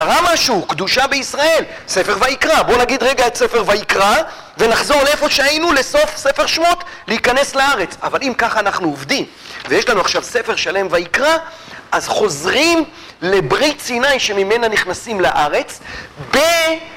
רמשו, קדושה בישראל, ספר ויקרא, בואו נגיד רגע את ספר ויקרא ונחזור לאיפה שהיינו, לסוף ספר שמות, להיכנס לארץ אבל אם ככה אנחנו עובדים, ויש לנו עכשיו ספר שלם ויקרא אז חוזרים לברית סיני שממנה נכנסים לארץ